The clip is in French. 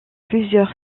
plusieurs